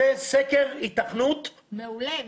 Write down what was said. זה סקר היתכנות --- מעולה.